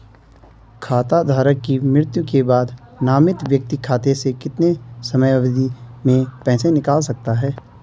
खाता धारक की मृत्यु के बाद नामित व्यक्ति खाते से कितने समयावधि में पैसे निकाल सकता है?